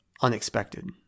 unexpected